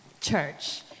church